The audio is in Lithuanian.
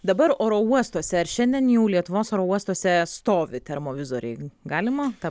dabar oro uostuose ar šiandien jau lietuvos oro uostuose stovi termovizoriai galima tą